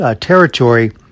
territory